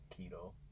Keto